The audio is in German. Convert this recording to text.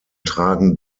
tragen